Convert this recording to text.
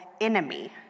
enemy